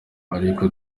ariko